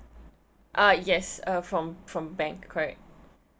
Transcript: ah yes uh from from bank correct